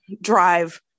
drive